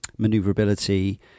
maneuverability